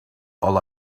all